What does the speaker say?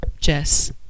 Jess